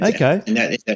okay